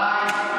די.